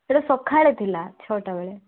ସେଟା ସକାଳେ ଥିଲା ଛଅଟା ବେଳେ